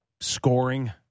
scoring